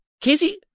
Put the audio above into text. Casey